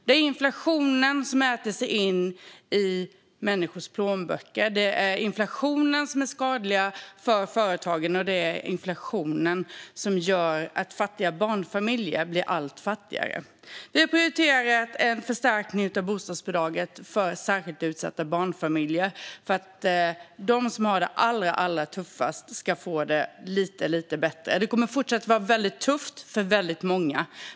Det är inflationen som äter sig in i människors plånböcker, det är inflationen som är skadlig för företagen och det är inflationen som gör att fattiga barnfamiljer blir allt fattigare. Vi har prioriterat en förstärkning av bostadsbidraget för särskilt utsatta barnfamiljer så att de som har det allra tuffast ska få det lite bättre. Det kommer dock att fortsätta vara tufft för många.